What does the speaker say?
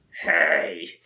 hey